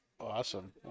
awesome